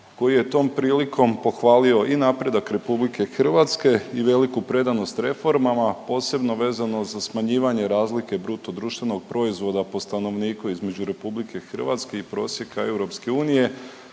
koji je tom prilikom pohvalio i napredak RH i veliku predanost reformama, posebno vezano za smanjivanje razlike BDP-a po stanovniku između RH i prosjeka EU